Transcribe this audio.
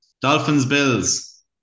Dolphins-Bills